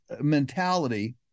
mentality